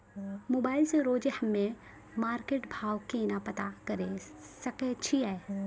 Mobile से रोजे हम्मे मार्केट भाव केना पता करे सकय छियै?